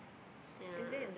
yeah